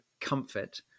comfort